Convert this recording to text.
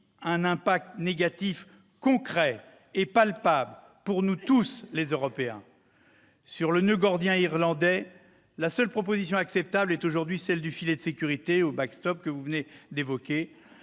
un impact négatif concret et palpable pour nous tous Européens. Concernant le noeud gordien irlandais, la seule proposition acceptable est aujourd'hui celle du filet de sécurité, ou, que vous venez d'évoquer,